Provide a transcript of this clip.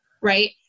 right